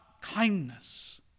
kindness